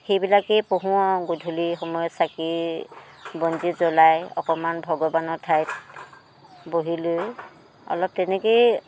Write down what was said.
সেইবিলাকেই পঢ়োঁ গধূলি সময়ত চাকি বন্তি জ্বলাই অকণমান ভগৱানৰ ঠাইত বহি লৈ অলপ তেনেকৈয়ে